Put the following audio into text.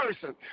person